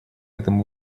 этому